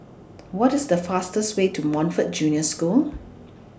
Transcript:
What IS The fastest Way to Montfort Junior School